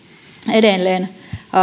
edelleen